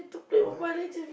what